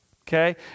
Okay